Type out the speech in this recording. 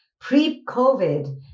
pre-COVID